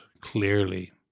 clearly